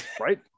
right